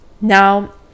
now